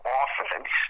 offense